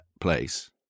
place